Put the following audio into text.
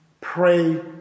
pray